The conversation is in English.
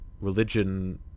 religion